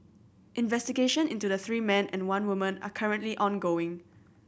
investigation into the three men and one woman are currently ongoing